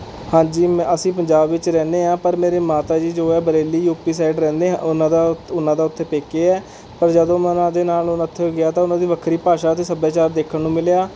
ਹਾਂਜੀ ਅਸੀਂ ਪੰਜਾਬ ਵਿੱਚ ਰਹਿੰਦੇ ਹਾਂ ਪਰ ਮੇਰੇ ਮਾਤਾ ਜੀ ਜੋ ਹੈ ਬਰੇਲੀ ਯੂ ਪੀ ਸਾਈਡ ਰਹਿੰਦੇ ਉਨ੍ਹਾਂ ਦਾ ਉੱਥੇ ਉਨ੍ਹਾਂ ਦਾ ਉੱਥੇ ਪੇਕੇ ਹੈ ਪਰ ਜਦੋਂ ਮੈਂ ਉਨ੍ਹਾਂ ਦੇ ਨਾਲ ਉੱਥੇ ਗਿਆ ਤਾਂ ਉਨ੍ਹਾਂ ਦੀ ਵੱਖਰੀ ਭਾਸ਼ਾ ਅਤੇ ਸੱਭਿਆਚਾਰ ਦੇਖਣ ਨੂੰ ਮਿਲਿਆ